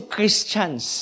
Christians